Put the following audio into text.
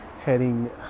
heading